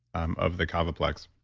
um of the kavaplex.